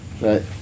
right